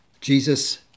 Jesus